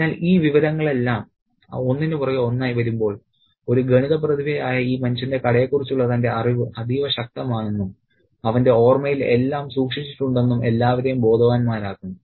അതിനാൽ ഈ വിവരങ്ങളെല്ലാം ഒന്നിനുപുറകെ ഒന്നായി വരുമ്പോൾ ഒരു ഗണിത പ്രതിഭയായ ഈ മനുഷ്യൻ കടയെക്കുറിച്ചുള്ള തന്റെ അറിവ് അതീവ ശക്തമാണെന്നും അവന്റെ ഓർമ്മയിൽ എല്ലാം സൂക്ഷിച്ചിട്ടുണ്ടെന്നും എല്ലാവരേയും ബോധവാന്മാരാക്കുന്നു